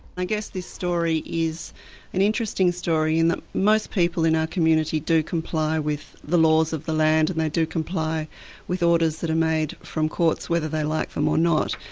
i guess this story is an interesting story in that most people in our community do comply with the laws of the land and they do comply with orders that are made from courts, whether they like them or not.